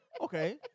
Okay